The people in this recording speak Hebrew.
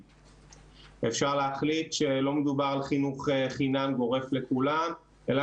אפשר להחליט שלא מדובר על חינוך חינם גורף לכולם אלא